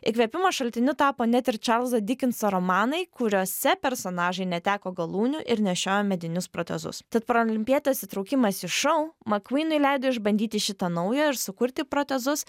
įkvėpimo šaltiniu tapo net ir čarlzo dikenso romanai kuriuose personažai neteko galūnių ir nešiojo medinius protezus tad paralimpietės įtraukimas į šou makvynui leido išbandyti šį tą naują ir sukurti protezus